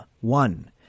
one